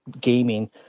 gaming